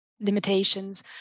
limitations